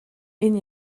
энэ